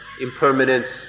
impermanence